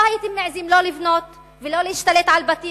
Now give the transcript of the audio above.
לא הייתם מעזים, לא לבנות ולא להשתלט על בתים